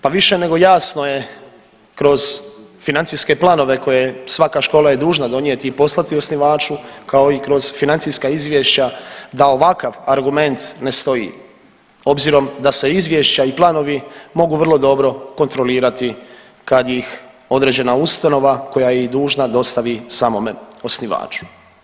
Pa više nego jasno je kroz financijske planove koje svaka škola je dužna donijeti i poslati osnivaču kao i kroz financijska izvješća da ovakav argument ne stoji obzirom da se izvješća i planovi mogu vrlo dobro kontrolirati kad ih određena ustanova koja je i dužna dostavi samome osnivaču.